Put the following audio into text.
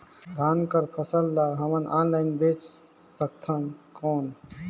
धान कर फसल ल हमन ऑनलाइन बेच सकथन कौन?